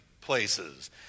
places